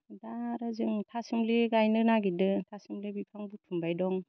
दा आरो जों थासुमलि गायनो नागिरदों थासुमलि बिफां बुथुमबाय दं